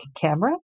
camera